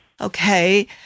Okay